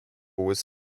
was